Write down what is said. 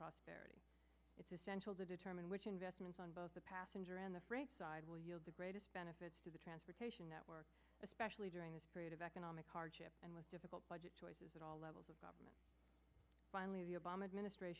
prosperity it's essential to determine which investments on both the passenger and the freight side will yield the greatest benefits to the transportation network especially during this period of economic hardship and with difficult budget choices at all levels of government finally the obama administrat